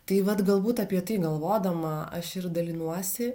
tai vat galbūt apie tai galvodama aš ir dalinuosi